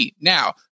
Now